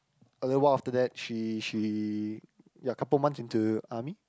a little while after that she she ya couple month into army